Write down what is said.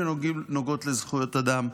לפעמים שנוגעות לזכויות אדם,